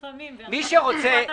לפעמים בתקופת המבחנים.